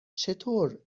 چطور